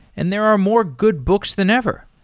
and there are more good books than ever.